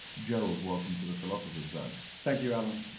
gerald, welcome to the philosopher's zone. thank you, alan.